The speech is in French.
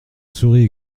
souris